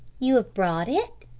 you have brought it?